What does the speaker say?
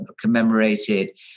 commemorated